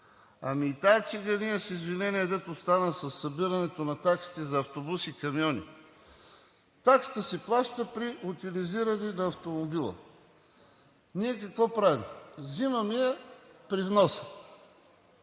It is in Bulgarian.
Ами тази цигания, с извинение, която стана със събирането на таксите за автобуси и камиони? Таксата се плаща при утилизиране на автомобила. Ние какво правим? Взимаме я при вноса.